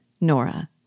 NORA